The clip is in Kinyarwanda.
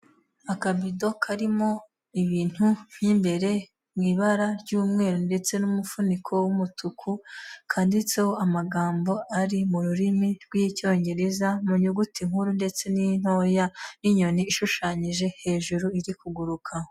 Akabido karimo ibintu mo imbere, mu ibara ry'umweru ndetse n'umufuniko w'umutuku; kanditseho amagambo ari mu rurimi rw'icyongereza, mu nyuguti nkuru ndetse n'intoya, n'inyoni ishushanyije hejuru iri kuguruka.